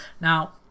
now